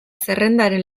zerrendaren